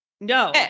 No